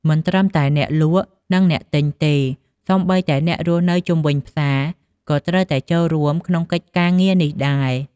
មិនត្រឹមតែអ្នកលក់ និងអ្នកទិញទេ សូម្បីតែអ្នករស់នៅជុំវិញផ្សារក៏ត្រូវតែចូលរួមក្នុងកិច្ចការងារនេះដែរ។